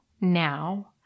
now